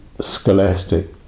Scholastic